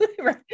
right